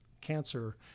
cancer